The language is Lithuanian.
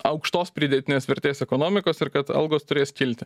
aukštos pridėtinės vertės ekonomikos ir kad algos turės kilti